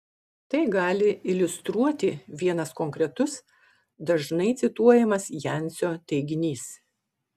tai gali iliustruoti vienas konkretus dažnai cituojamas jancio teiginys